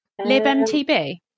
libmtb